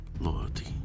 Loyalty